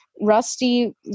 Rusty